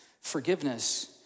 forgiveness